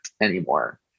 anymore